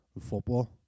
football